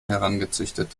herangezüchtet